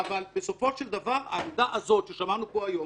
אבל בסופו של דבר העמדה הזאת ששמענו פה יום,